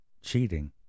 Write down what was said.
cheating